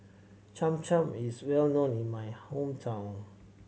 Cham Cham is well known in my hometown